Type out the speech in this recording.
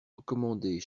recommandez